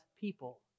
people